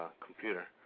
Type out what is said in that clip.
computer